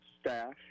staff